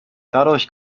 dadurch